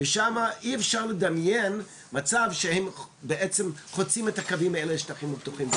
ושמה אי אפשר לדמיין מצב שהם בעצם חוצים את הקווים האלה לשטחים פתוחים,